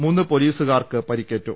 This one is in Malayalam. മൂന്ന് പൊലീസു കാർക്ക് പരിക്കേറ്റു